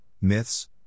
myths